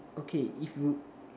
okay if you